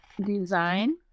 design